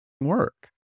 work